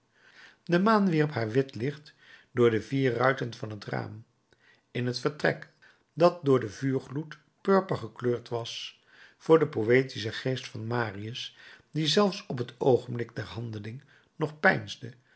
de maan wierp haar wit licht door de vier ruiten van het raam in het vertrek dat door den vuurgloed purper gekleurd was voor den poëtischen geest van marius die zelfs op t oogenblik der handeling nog peinsde